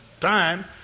time